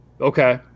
Okay